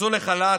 הוצאו לחל"ת,